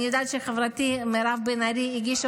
אני יודעת שחברתי מירב בן ארי הגישה